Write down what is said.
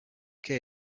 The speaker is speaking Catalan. què